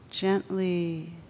gently